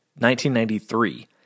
1993